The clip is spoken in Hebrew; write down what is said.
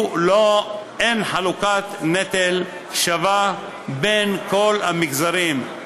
אין חלוקת נטל שווה בין כל המגזרים,